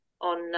on